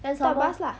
搭 bus lah